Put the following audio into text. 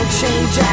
change